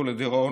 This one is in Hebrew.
דברו,